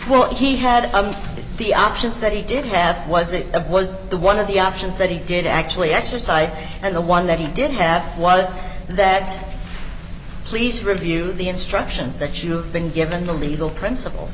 what he had among the options that he did have was it of was the one of the options that he did actually exercise and the one that he did have was that please review the instructions that you've been given the legal principles